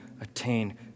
attain